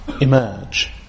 emerge